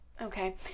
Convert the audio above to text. Okay